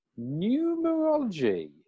Numerology